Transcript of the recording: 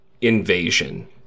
Invasion